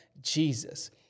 Jesus